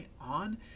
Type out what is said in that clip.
On